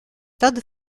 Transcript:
todd